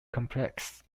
complex